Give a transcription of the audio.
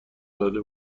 زده